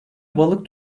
balık